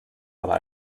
aber